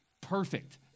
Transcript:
perfect